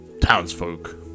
townsfolk